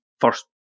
first